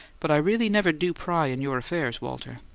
but i really never do pry in your affairs, walter.